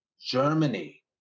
Germany